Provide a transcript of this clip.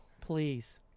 Please